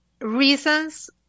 reasons